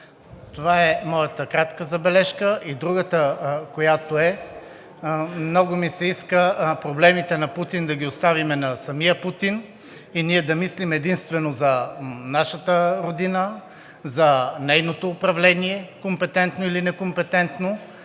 Това е моята кратка забележка. И другата, която е, много ми се иска проблемите на Путин да ги оставим на самия Путин и ние да мислим единствено за нашата родина, за нейното управление – компетентно или некомпетентно,